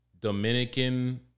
Dominican